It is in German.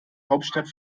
hauptstadt